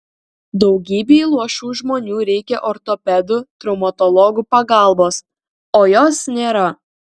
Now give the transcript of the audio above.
daugybei luošų žmonių reikia ortopedų traumatologų pagalbos o jos nėra